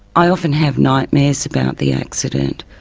i often have nightmares about the accident.